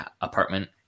apartment